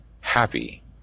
happy